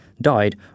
died